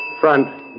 Front